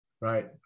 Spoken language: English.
Right